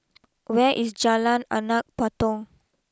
where is Jalan Anak Patong